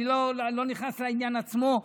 אני לא נכנס לעניין עצמו.